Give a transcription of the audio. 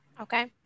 Okay